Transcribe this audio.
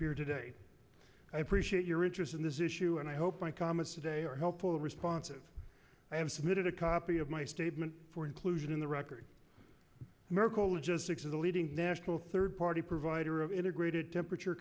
appear today i appreciate your interest in this issue and i hope my comments today are helpful responsive i have submitted a copy of my statement for inclusion in the record merkle logistics is a leading national third party provider of integrated temperature